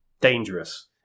dangerous